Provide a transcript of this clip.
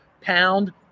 pound